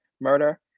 murder